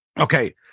Okay